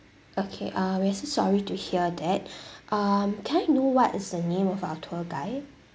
okay uh we are so sorry to hear that um can I know what is the name of our tour guide